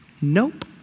Nope